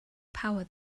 power